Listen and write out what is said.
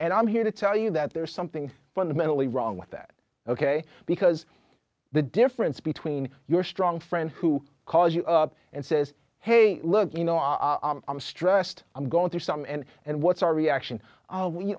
and i'm here to tell you that there's something fundamentally wrong with that ok because the difference between your strong friend who calls you up and says hey look you know i'm stressed i'm going through some and and what's our reaction when you